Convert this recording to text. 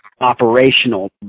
operational